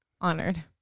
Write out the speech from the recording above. honored